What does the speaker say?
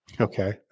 Okay